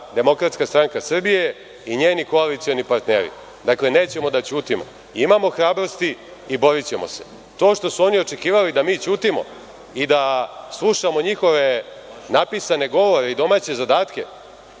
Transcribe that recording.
Demokratska stranka Srbije i njeni koalicioni partneri. Dakle, nećemo da ćutimo, imamo hrabrosti i borićemo se. To što su oni očekivali da mi ćutimo i da slušamo njihove napisane govore i domaće zadatke,